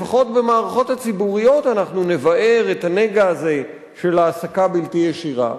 לפחות במערכות הציבוריות אנחנו נבער את הנגע הזה של העסקה בלתי ישירה,